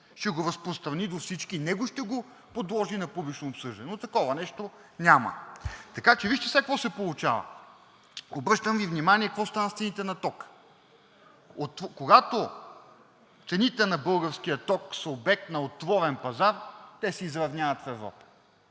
ще го разпространи до всички и него ще подложи на публично обсъждане, но такова нещо няма. Така че вижте сега какво се получава. Обръщам Ви внимание какво става с цените на тока. Когато цените на българския ток са обект на отворен пазар, те се изравняват в Европа.